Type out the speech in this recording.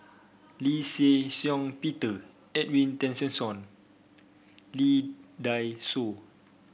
Lee Shih Shiong Peter Edwin Tessensohn Lee Dai Soh